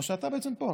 אתה בעצם פה.